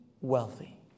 wealthy